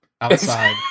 outside